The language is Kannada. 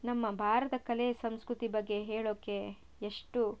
ನಮ್ಮ ಭಾರತ ಕಲೆ ಸಂಸ್ಕೃತಿ ಬಗ್ಗೆ ಹೇಳೋಕೆ ಎಷ್ಟು